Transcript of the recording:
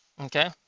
Okay